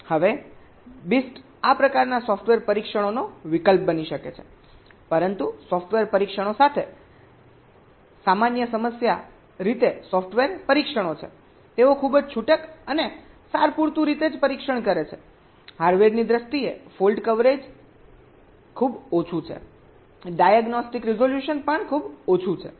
હવે BIST આ પ્રકારના સોફ્ટવેર પરીક્ષણોનો વિકલ્પ બની શકે છે પરંતુ સોફ્ટવેર પરીક્ષણો સાથે સમસ્યા સામાન્ય રીતે સોફ્ટવેર પરીક્ષણો છે તેઓ ખૂબ જ છૂટક અને સારપૂરતું રીતે પરીક્ષણ કરે છે હાર્ડવેરની દ્રષ્ટિએ ફોલ્ટ કવરેજ ખૂબ ઓછું છે ડાયગ્નોસ્ટિક રિઝોલ્યુશન પણ ખૂબ ઓછું છે